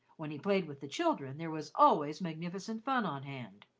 when he played with the children, there was always magnificent fun on hand.